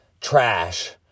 trash